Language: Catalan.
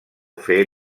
fer